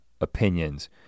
opinions